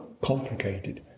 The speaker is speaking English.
complicated